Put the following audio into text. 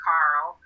Carl